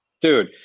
Dude